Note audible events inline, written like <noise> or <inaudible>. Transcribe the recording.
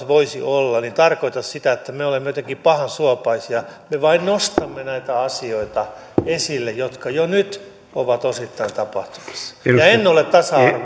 <unintelligible> voisi tulevaisuudessa olla tarkoita sitä että me olemme jotenkin pahansuopaisia me vain nostamme esille näitä asioita jotka jo nyt ovat osittain tapahtumassa ja en ole tasa